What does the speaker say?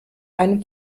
einem